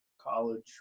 college